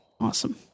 awesome